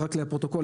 רק לפרוטוקול,